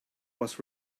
was